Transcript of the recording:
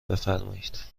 بفرمایید